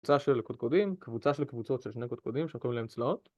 קבוצה של קודקודים, קבוצה של קבוצות של שני קודקודים שקוראים להם צלעות